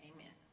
Amen